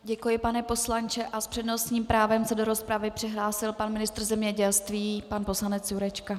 Děkuji, pane poslanče, a s přednostním právem se do rozpravy přihlásil pan ministr zemědělství, pan poslanec Jurečka.